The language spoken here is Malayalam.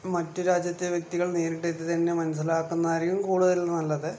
മറ്റു രാജ്യത്തെ വ്യക്തികൾ നേരിട്ട് എത്തിത്തന്നെ മനസ്സിലാക്കുന്നതായിരിക്കും കൂടുതൽ നല്ലത്